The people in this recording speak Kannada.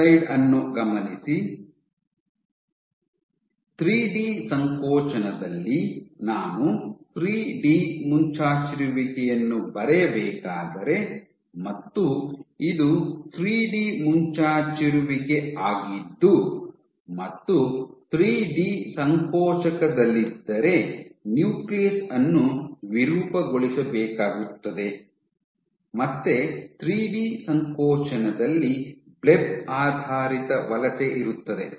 ಥ್ರೀಡಿ ಸಂಕೋಚನದಲ್ಲಿ ನಾನು ಥ್ರೀಡಿ ಮುಂಚಾಚಿರುವಿಕೆಯನ್ನು ಬರೆಯಬೇಕಾದರೆ ಮತ್ತು ಇದು ಥ್ರೀಡಿ ಮುಂಚಾಚಿರುವಿಕೆ ಆಗಿದ್ದು ಮತ್ತು ಥ್ರೀಡಿ ಸಂಕೋಚಕದಲ್ಲಿದ್ದರೆ ನ್ಯೂಕ್ಲಿಯಸ್ ಅನ್ನು ವಿರೂಪಗೊಳಿಸಬೇಕಾಗುತ್ತದೆ ಮತ್ತೆ ಥ್ರೀಡಿ ಸಂಕೋಚನದಲ್ಲಿ ಬ್ಲೆಬ್ ಆಧಾರಿತ ವಲಸೆ ಇರುತ್ತದೆ